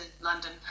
London